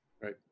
right